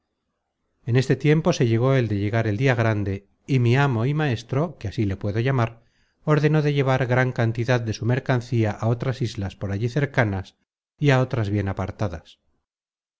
en este tiempo se llegó el de llegar el dia grande y mi amo y maestro que así le puedo llamar ordenó de llevar gran cantidad de su mercancía á otras islas por allí cercanas y á otras bien apartadas